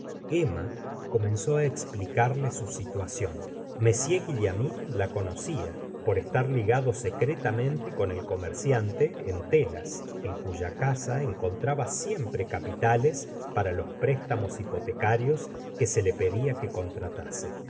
emma comenzó á explicarle su situación m guillaumin la conocía por estar ligado secretamente con el comerciante en telas en cuya casa encontraba siempre capitales para los préstamos hipotecarios que se le pedía que contratase